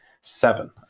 seven